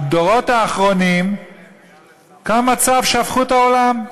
בדורות האחרונים קם מצב שהפכו את העולם,